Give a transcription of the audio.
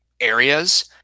areas